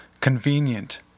convenient